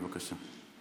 בבקשה.